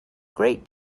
great